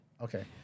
okay